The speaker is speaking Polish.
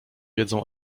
wiedzą